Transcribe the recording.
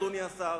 אדוני השר,